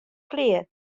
klear